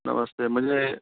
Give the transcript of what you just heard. नमस्ते मुझे